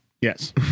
Yes